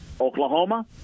Oklahoma